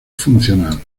funcional